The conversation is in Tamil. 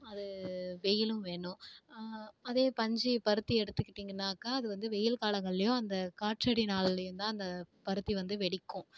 அது வெயிலும் வேணும் அதே பஞ்சு பருத்தி எடுத்துக்கிட்டிங்கன்னாக்கா அது வந்து வெயில் காலங்கள்லேயும் அந்த காற்றடி நாள்லேயும் தான் அந்த பருத்தி வந்து வெடிக்கும்